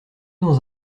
dans